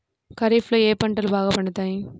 ఖరీఫ్లో ఏ పంటలు బాగా పండుతాయి?